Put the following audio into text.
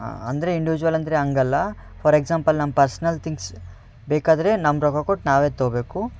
ಅಂದರೆ ಇಂಡ್ಯೂಜ್ವಲ್ ಅಂದರೆ ಹಂಗಲ್ಲ ಫಾರ್ ಎಕ್ಸಾಂಪಲ್ ನಮ್ಮ ಪರ್ಸ್ನಲ್ ತಿಂಗ್ಸ್ ಬೇಕಾದರೆ ನಮ್ಮ ರೊಕ್ಕ ಕೊಟ್ಟು ನಾವೇ ತೊಗೊಬೇಕು